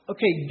Okay